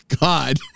God